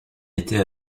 était